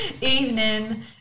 Evening